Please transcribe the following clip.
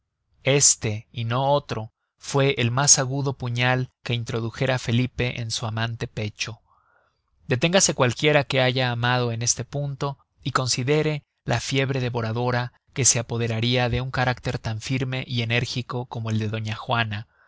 este y no otro fue el mas agudo puñal que introdujera felipe en su amante pecho deténgase cualquiera que haya amado en este punto y considere la fiebre devoradora que se apoderaria de un carácter tan firme y enérgico como el de doña juana